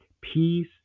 peace